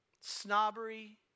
snobbery